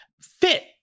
fit